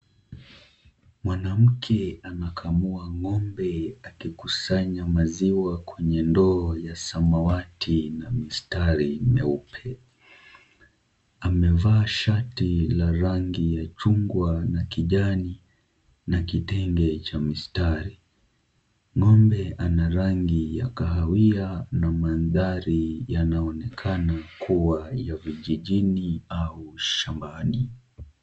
Mwanamke anakamua ngombe akikusanya maziwa kwenye ndoo ya samawati na mistari mieupe, amevaa shati la rangi ya chungwa na kijani na kitenge cha mistari, ngombe ana rangi ya kahawia na maadhari yanaonekana kuwa ya vijijini au shambani.